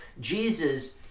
Jesus